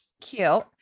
cute